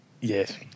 yes